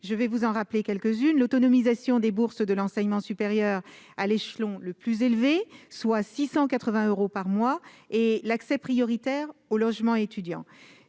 J'en rappelle quelques-unes : automatisation des bourses de l'enseignement supérieur à l'échelon le plus élevé, soit 680 euros par mois, et accès prioritaire au logement étudiant